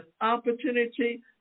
opportunity